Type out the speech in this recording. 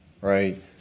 right